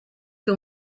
que